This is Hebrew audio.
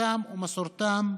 שפתם ומסורתם",